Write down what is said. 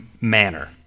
manner